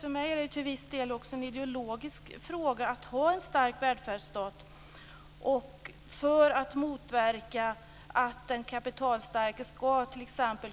För mig är det till viss del också en ideologisk fråga att ha en stark välfärdsstat, t.ex. för att motverka att den kapitalstarke ska